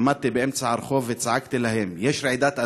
עמדתי באמצע הרחוב וצעקתי להם: יש רעידת אדמה,